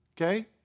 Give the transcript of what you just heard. okay